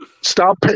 Stop